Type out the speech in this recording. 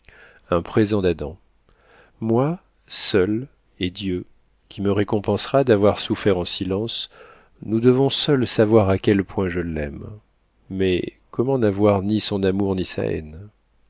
un présent d'adam moi seul et dieu qui me récompensera d'avoir souffert en silence nous devons seuls savoir à quel point je l'aime mais comment n'avoir ni son amour ni sa haine